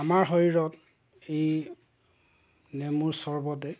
আমাৰ শৰীৰত এই নেমু চৰবতে